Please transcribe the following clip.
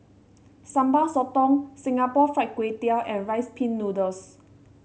Sambal Sotong Singapore Fried Kway Tiao and Rice Pin Noodles